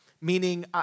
meaning